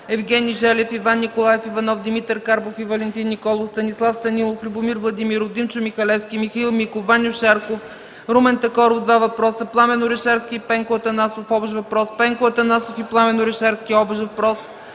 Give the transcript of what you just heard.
Евгений Желев, Иван Николаев Иванов, Димитър Карбов и Валентин Николов, Станислав Станилов, Любомир Владимиров, Димчо Михалевски, Михаил Миков, Ваньо Шарков, Румен Такоров – два въпроса, Пламен Орешарски и Пенко Атанасов – общ въпрос, Пенко Атанасов и Пламен Орешарски – общ въпрос,